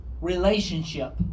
relationship